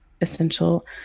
essential